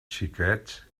xiquets